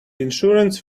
insurance